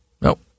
nope